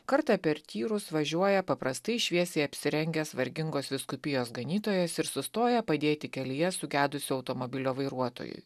kartą per tyrus važiuoja paprastai šviesiai apsirengęs vargingos vyskupijos ganytojas ir sustoja padėti kelyje sugedusio automobilio vairuotojui